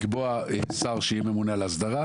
הנושא השלישי הוא לקבוע שר שיהיה ממונה על האסדרה